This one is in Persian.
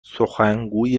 سخنگوی